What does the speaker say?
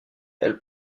elle